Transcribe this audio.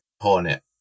Hornet